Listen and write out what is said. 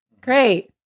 great